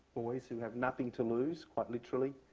boys, who have nothing to lose, quite literally,